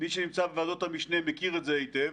מי שנמצא בוועדות המשנה מכיר את זה היטב,